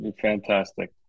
fantastic